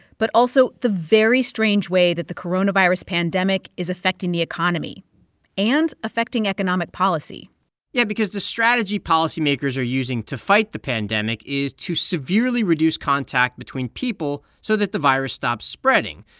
but also the very strange way that the coronavirus pandemic is affecting the economy and affecting economic policy yeah, because the strategy policymakers are using to fight the pandemic is to severely reduce contact between people so that the virus stops spreading.